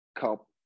Cup